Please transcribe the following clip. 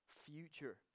future